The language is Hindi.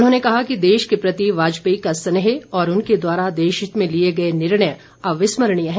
उन्होंने कहा कि देश के प्रति वाजपेयी का स्नेह और उनके द्वारा देशहित में लिए गए निर्णय अविस्मरणीय है